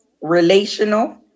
relational